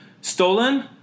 stolen